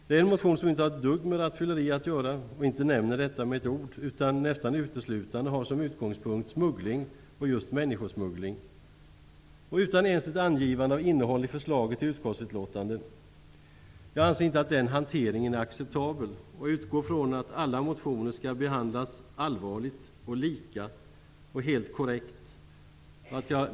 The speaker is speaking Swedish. Det är en motion som inte har ett dugg med rattfylleri att göra utan nästan uteslutande har som utgångspunkt smuggling -- just människosmuggling. Innehållet i förslaget i motionen anges inte i utskottsutlåtandet. Jag anser inte att den hanteringen är acceptabel. Jag utgår från att alla motioner skall behandlas allvarligt, lika och helt korrekt.